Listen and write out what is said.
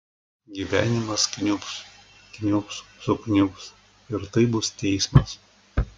gyvenimas kniubs kniubs sukniubs ir tai bus teismas